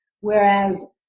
Whereas